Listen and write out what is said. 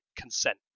consent